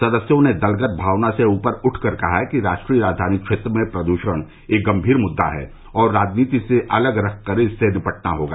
सदस्यों ने दलगत भावना से ऊपर उठकर कहा कि राष्ट्रीय राजधानी क्षेत्र में प्रदूषण एक गंभीर मुद्दा है और राजनीति से अलग रखकर इससे निपटना होगा